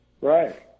Right